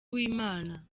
w’imana